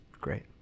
great